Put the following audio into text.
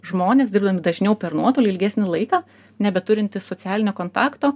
žmonės dirbdami dažniau per nuotolį ilgesnį laiką nebeturintys socialinio kontakto